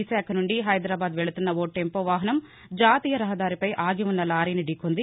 విశాఖ నుండి హైదరాబాద్ వెక్తున్న ఒక టెంపో వాహనం జాతీయ రహదారిపై ఆగి వున్న లారీని ఢీ కొంది